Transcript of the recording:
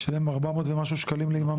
שהם 400 ומשהו שקלים ליממה.